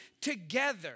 together